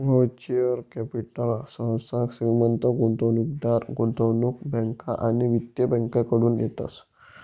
venture capital सहसा श्रीमंत गुंतवणूकदार, गुंतवणूक बँका आणि वित्तीय बँकाकडतून येतस